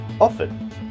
often